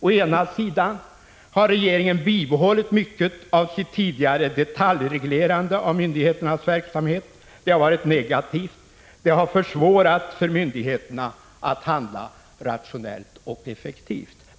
Å ena sidan har regeringen bibehållit mycket av sitt tidigare detaljreglerande av myndigheternas verksamhet. Det har varit negativt, och det har försvårat för myndigheterna att handla rationellt och effektivt.